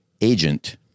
Agent